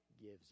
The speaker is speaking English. gives